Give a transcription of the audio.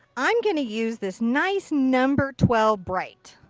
i'm going to use this nice number twelve bright.